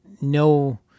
no